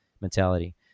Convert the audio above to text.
mentality